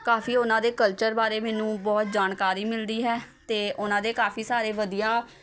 ਕਾਫੀ ਉਹਨਾਂ ਦੇ ਕਲਚਰ ਬਾਰੇ ਮੈਨੂੰ ਬਹੁਤ ਜਾਣਕਾਰੀ ਮਿਲਦੀ ਹੈ ਅਤੇ ਉਹਨਾਂ ਦੇ ਕਾਫੀ ਸਾਰੇ ਵਧੀਆ